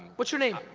what's your name?